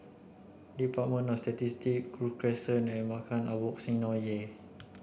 Department of Statistics Grove Crescent and Maghain Aboth Synagogue